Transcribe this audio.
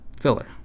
filler